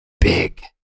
Big